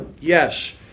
yes